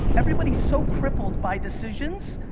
everybody's so crippled by decisions,